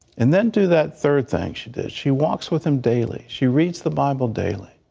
and then to that third thing she does she walks with him daily. she reads the bible daily.